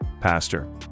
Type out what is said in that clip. Pastor